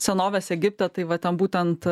senovės egipte tai vat ten būtent